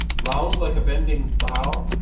round like a bending bow,